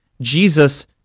Jesus